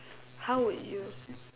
how would you